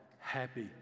happy